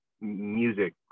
music